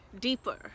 deeper